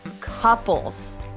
Couples